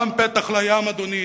גם פתח לים, אדוני.